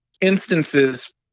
instances